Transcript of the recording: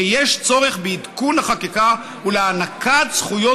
שיש צורך בעדכון החקיקה ובהענקת זכויות